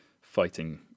fighting